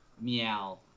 meow